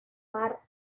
mar